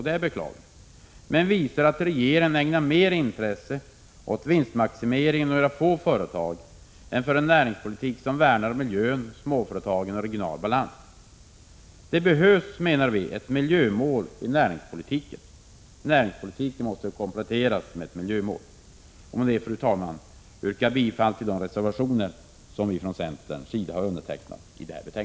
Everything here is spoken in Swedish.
Det är beklagligt och visar att regeringen ägnar mer intresse åt vinstmaximering i några få företag än åt en näringspolitik som värnar om miljön, småföretagen och regional balans. Vi menar att näringspolitiken måste kompletteras med ett miljömål. Fru talman! Jag yrkar bifall till de reservationer i detta betänkande som undertecknats av centern.